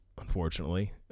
unfortunately